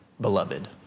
beloved